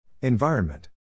Environment